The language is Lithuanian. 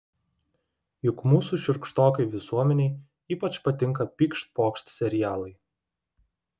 juk mūsų šiurkštokai visuomenei ypač patinka pykšt pokšt serialai